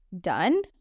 done